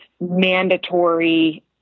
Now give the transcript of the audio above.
mandatory